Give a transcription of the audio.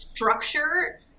structure